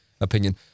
opinion